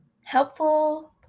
helpful